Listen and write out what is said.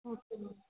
okay ma'am